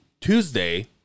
Tuesday